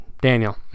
Daniel